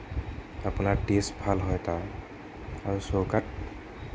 আপোনাৰ টেষ্ট ভাল হয় তাৰ আৰু চৌকাত